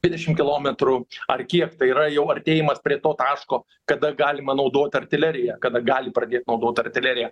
dvidešim kilometrų ar kiek tai yra jau artėjimas prie to taško kada galima naudot artileriją kada gali pradėt naudot artileriją